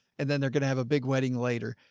and then they're going to have a big wedding later.